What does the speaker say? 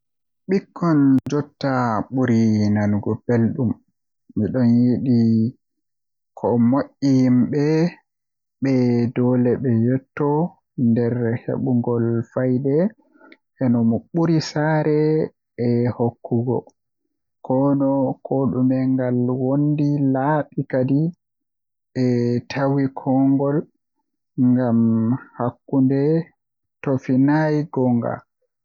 Ɓikkon jotta ɓuri nanugo belɗum Miɗo yiɗi ko moƴƴi yimɓe ɓe doole ɓe yetto nder heɓugol fayde e no ɓuri saare e hokkugo. Kono, ko dume ngal wondi laabi kadi, e tawii konngol ngal hakkunde tofinay goonga.